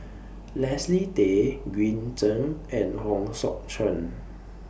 Leslie Tay Green Zeng and Hong Sek Chern